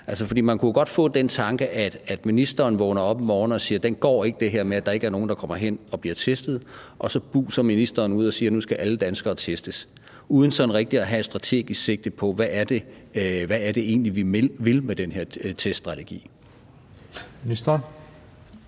man kunne jo godt få den tanke, at ministeren vågner op en morgen og siger: Det her med, at der ikke er nogen, der kommer hen og bliver testet, går ikke. Og så buser ministeren ud og siger, at nu skal alle danskere testes, uden sådan rigtig at have et strategisk sigte på, hvad det er egentlig er,